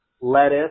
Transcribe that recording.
lettuce